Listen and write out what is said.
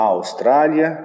Austrália